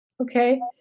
Okay